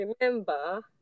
remember